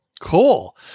Cool